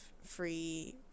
free